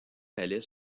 palais